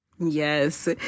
Yes